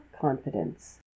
confidence